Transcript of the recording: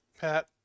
Pat